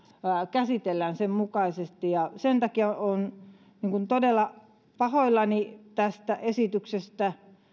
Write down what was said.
käsitellään sen mukaisesti sen takia olen todella pahoillani tästä esityksestä